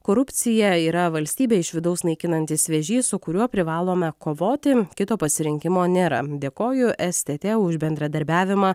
korupcija yra valstybė iš vidaus naikinantis vėžys su kuriuo privalome kovoti kito pasirinkimo nėra dėkoju stt už bendradarbiavimą